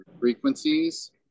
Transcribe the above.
frequencies